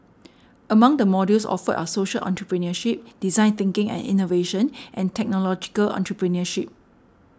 among the modules offered are social entrepreneurship design thinking and innovation and technological entrepreneurship